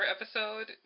episode